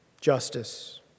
justice